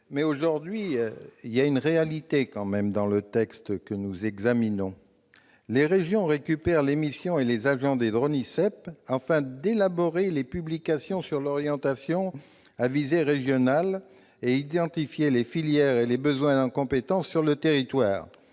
mais il y a tout de même une réalité dans le texte que nous examinons. Les régions récupèrent les missions et les agents des DRONISEP, afin d'élaborer les publications sur l'orientation à visée régionale et d'identifier les filières et les besoins en compétences sur le territoire.